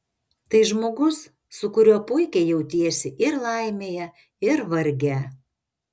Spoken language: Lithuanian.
tai žmogus su kuriuo puikiai jautiesi ir laimėje ir varge